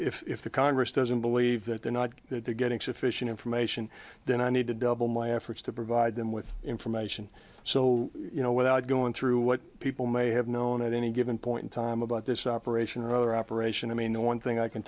say if the congress doesn't believe that they're not getting sufficient information then i need to double my efforts to provide them with information so you know without going through what people may have known at any given point in time about this operation or operation i mean the one thing i can